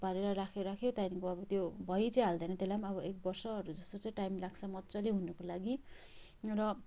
थुपारेर राख्यो राख्यो त्यहाँदेखि त्यो भइ चाहिँ हाल्दैन त्यसलाई पनि एक वर्षहरू जस्तो चाहिँ टाइम लाग्छ मजाले हुनुको लागि र